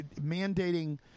mandating